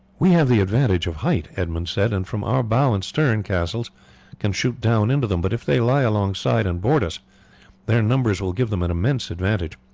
we have the advantage of height, edmund said, and from our bow and stern castles can shoot down into them but if they lie alongside and board us their numbers will give them an immense advantage.